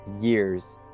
years